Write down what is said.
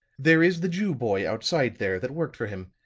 there is the jew boy, outside there, that worked for him.